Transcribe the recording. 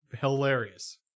Hilarious